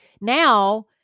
now